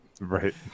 Right